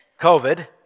covid